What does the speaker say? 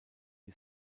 die